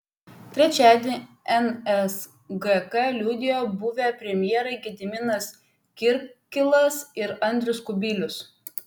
trečiadienį nsgk liudijo buvę premjerai gediminas kirkilas ir andrius kubilius